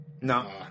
No